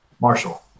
Marshall